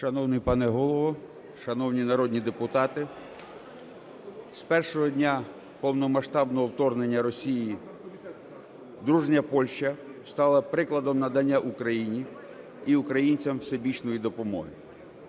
Шановний пане Голово, шановні народні депутати! З першого дня повномасштабного вторгнення Росії дружня Польща стала прикладом надання Україні і українцям всебічної допомоги.